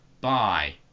Bye